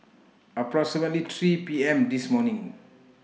approximately three P M This morning